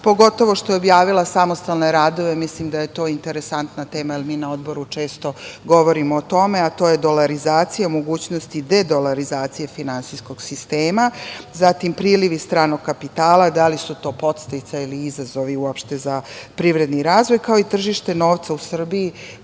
pogotovu što je objavila samostalne radove, mislim da je to interesantna tema, jer mi na Odboru često govorimo o tome, a to je dolarizacija, mogućnosti dedolarizacije finansijskog sistema, zatim prilivi stranog kapitala, da li su to podsticaji ili izazovi uopšte za privredni razvoj, ako i tržište novca u Srbiji,